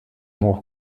more